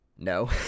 No